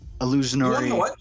illusionary